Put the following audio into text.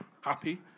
happy